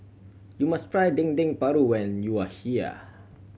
you must try Dendeng Paru when you are here